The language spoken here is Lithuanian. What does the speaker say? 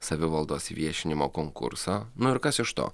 savivaldos viešinimo konkursą nu ir kas iš to